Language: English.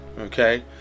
okay